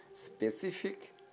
specific